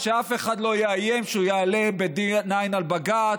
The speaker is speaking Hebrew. אז שאף אחד לא יאיים שהוא יעלה ב-D9 על בג"ץ,